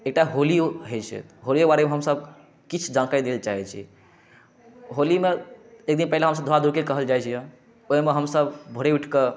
एकटा होली होइ छै होलीके बारेमे हमसब किछु जानकारी दे लए चाहै छी होलीमे एक दिन पहिले हमसब धूला धोरकी कहल जाइ छै ओइमे हमसब भोरे उठिके